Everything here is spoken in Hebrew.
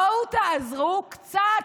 בואו תעזרו קצת.